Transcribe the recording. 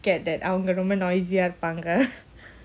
scared that அவங்கரொம்ப:avanga romba noisy ah இருப்பாங்க:irupanga